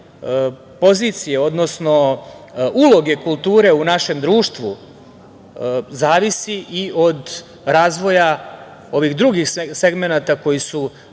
pozicije, odnosno uloge kulture u našem društvu zavisi i od razvoja ovih drugih segmenata koji su